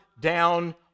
down